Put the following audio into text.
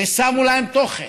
ושמו להם תוכן,